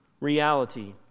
reality